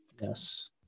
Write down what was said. Yes